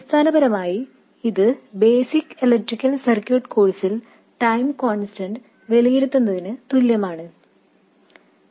അടിസ്ഥാനപരമായി ഇത് basic electrical circuit കോഴ്സിൽ ടൈം കോൺസ്റ്റന്റ് വിലയിരുത്തുന്നതിന് തുല്യമാണിത്